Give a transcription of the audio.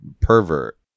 pervert